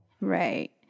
Right